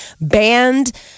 banned